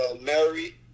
Mary